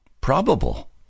probable